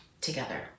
together